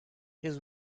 his